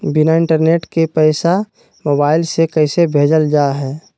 बिना इंटरनेट के पैसा मोबाइल से कैसे भेजल जा है?